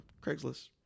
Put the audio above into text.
Craigslist